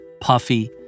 Puffy